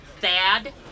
Thad